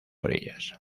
orillas